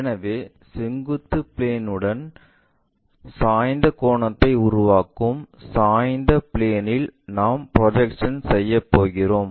எனவே செங்குத்து பிளேன் உடன் சாய்ந்த கோணத்தை உருவாக்கும் சாய்ந்த பிளேன் இல் நாம் ப்ரொஜெக்ஷன்ஸ் செய்யப்போகிறோம்